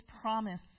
Promise